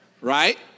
right